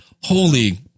holy